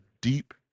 deep